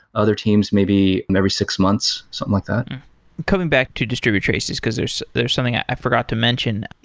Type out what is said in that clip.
other teams, maybe every six months, something like that coming back to distribute traces, because there's there's something i forgot to mention.